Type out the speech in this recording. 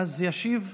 אדוני היושב-ראש,